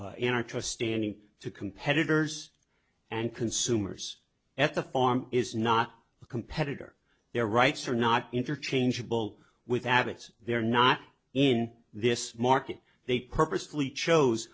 trust standing to competitors and consumers at the farm is not a competitor their rights are not interchangeable with abbott they're not in this market they purposely chose